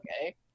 Okay